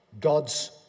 God's